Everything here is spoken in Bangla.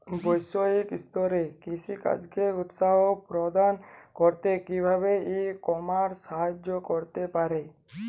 বৈষয়িক স্তরে কৃষিকাজকে উৎসাহ প্রদান করতে কিভাবে ই কমার্স সাহায্য করতে পারে?